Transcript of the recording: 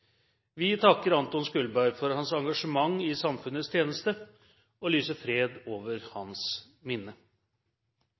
Vi takker Anton Skulberg for hans engasjement i samfunnets tjeneste og lyser fred over